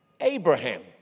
Abraham